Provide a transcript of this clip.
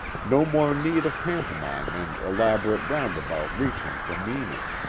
no more need of pantomime and elaborate roundabout reach ings for meaning.